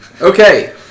Okay